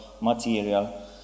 material